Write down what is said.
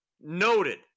noted